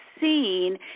seen